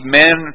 men